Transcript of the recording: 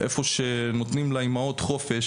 איפה שנותנים לאימהות חופש,